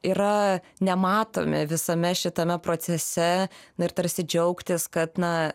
yra nematomi visame šitame procese na ir tarsi džiaugtis kad na